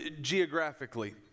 geographically